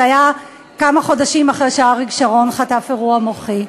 זה היה כמה חודשים אחרי שאריק שרון חטף אירוע מוחי.